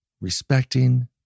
respecting